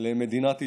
למדינת ישראל.